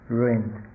ruined